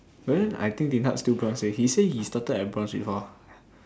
but then I think Din-Tat still bronze leh he say he started at bronze before